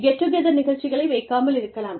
get-two கெதர் நிகழ்ச்சிகளை வைக்காமல் இருக்கலாம்